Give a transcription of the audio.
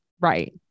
Right